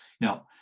Now